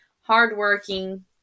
hardworking